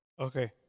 Okay